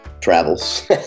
travels